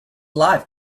life